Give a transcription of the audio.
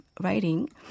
writing